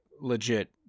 legit